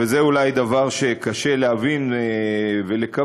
וזה אולי דבר שקשה להבין ולקבל,